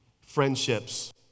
friendships